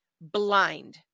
blind